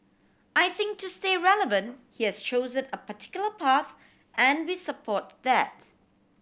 I think to stay relevant he's chosen a particular path and we support that